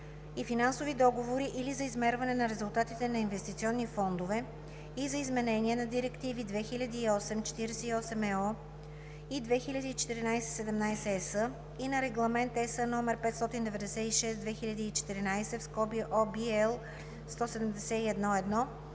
и финансови договори или за измерване на резултатите на инвестиционни фондове, и за изменение на директиви 2008/48/ЕО и 2014/17/ЕС и на Регламент (ЕС) № 596/2014 (OB, L 171/1